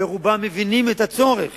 ברובן, מבינים את הצורך